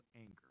anger